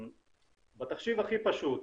בתחשיב הכי פשוט,